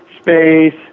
space